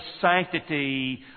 sanctity